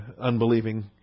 unbelieving